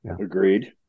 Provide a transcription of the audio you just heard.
Agreed